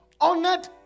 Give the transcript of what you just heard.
honored